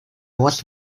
was